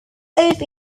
off